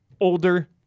older